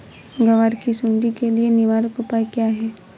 ग्वार की सुंडी के लिए निवारक उपाय क्या है?